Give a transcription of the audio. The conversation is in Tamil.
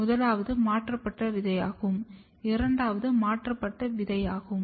முதலாவது மாற்றப்படாத விதையாகும் இரண்டாவதாக மாற்றப்பட்ட விதையாகும்